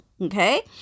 Okay